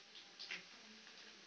अबर प्याज रोप्बो की नय?